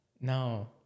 No